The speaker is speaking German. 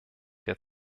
der